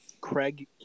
Craig